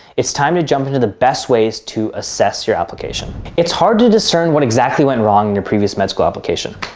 it's time to jump into the best ways to assess your application. it's hard to discern what exactly went wrong in your previous med school application.